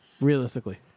Realistically